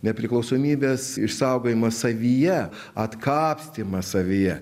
nepriklausomybės išsaugojimą savyje atkapstymą savyje